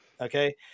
Okay